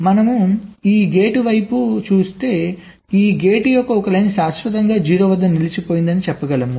మనము ఈ గేట్ వైపు చూస్తే ఈ గేట్ యొక్క ఒక లైన్ శాశ్వతంగా 0 వద్ద నిలిచిపోయిందని చెప్పగలము